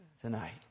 tonight